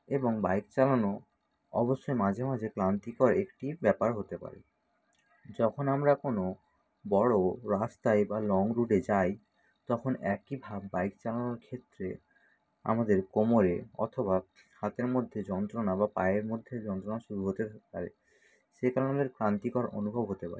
এবং বাইক চালানো অবশ্যই মাঝে মাঝে ক্লান্তিকর একটি ব্যাপার হতে পারে যখন আমরা কোনো বড় রাস্তায় বা লং রুটে যাই তখন একইভাবে বাইক চালানোর ক্ষেত্রে আমাদের কোমরে অথবা হাতের মধ্যে যন্ত্রণা বা পায়ের মধ্যে যন্ত্রণা শুরু হতে পারে সেটা আমাদের ক্লান্তিকর অনুভব হতে পারে